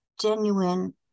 genuine